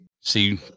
See